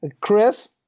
Chris